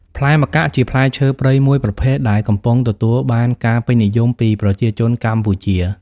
ផ្លែម្កាក់ ជាផ្លែឈើព្រៃមួយប្រភេទដែលកំពុងទទួលបានការពេញនិយមពីប្រជាជនកម្ពុជា។